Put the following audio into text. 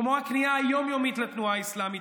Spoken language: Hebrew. כמו הכניעה היום-יומית לתנועה האסלאמית,